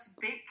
big